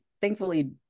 thankfully